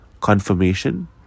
Confirmation